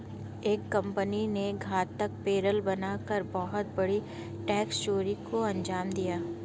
एक कंपनी ने गलत पेरोल बना कर बहुत बड़ी टैक्स चोरी को अंजाम दिया